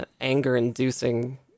anger-inducing